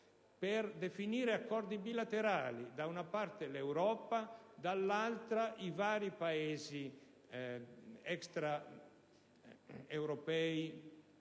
per definire accordi bilaterali: da una parte l'Europa, dall'altra i vari Paesi extraeuropei,